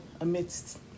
amidst